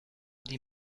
die